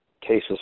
cases